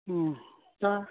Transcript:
दा